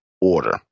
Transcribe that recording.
Order